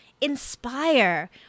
inspire